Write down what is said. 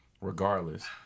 Regardless